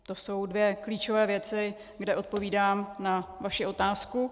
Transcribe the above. To jsou dvě klíčové věci, kde odpovídám na vaši otázku.